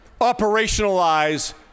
operationalize